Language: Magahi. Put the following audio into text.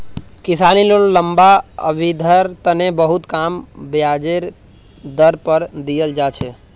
किसानी लोन लम्बा अवधिर तने बहुत कम ब्याजेर दर पर दीयाल जा छे